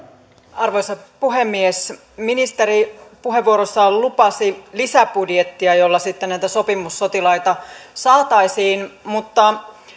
arvoisa puhemies ministeri puheenvuorossaan lupasi lisäbudjettia jolla sitten näitä sopimussotilaita saataisiin mutta